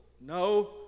no